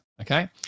okay